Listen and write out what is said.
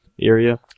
area